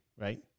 right